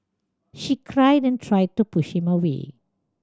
she cried and tried to push him away